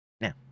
Now